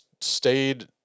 stayed